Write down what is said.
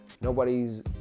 nobody's